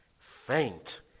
Faint